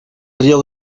rio